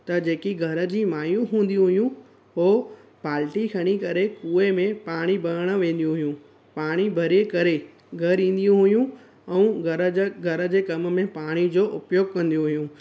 त जेकी घर जी माइयूं हूंदी हुयूं उहो बाल्टी खणी करे कुएं में पाणी भरणु वेंदियूं हुइयूं पाणी भरे करे घर ईंदियूं हुइयूं ऐं घर जा घर जे कम में पाणी जो उपयोग कंदियूं हुइयूं